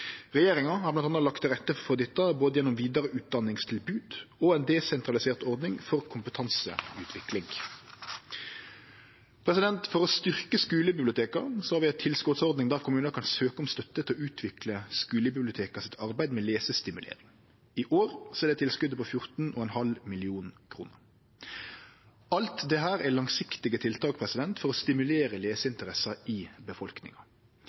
Regjeringa har bl.a. lagt til rette for dette både gjennom vidareutdanningstilbod og ei desentralisert ordning for kompetanseutvikling. For å styrkje skulebiblioteka har vi ei tilskotsordning der kommunane kan søkje om støtte til å utvikle skulebiblioteka sitt arbeid med lesestimulering. I år er det tilskotet på 14,5 mill. kr. Alt dette er langsiktige tiltak for å stimulere leseinteressa i befolkninga.